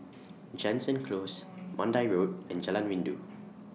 Jansen Close Mandai Road and Jalan Rindu